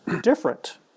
different